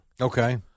Okay